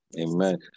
Amen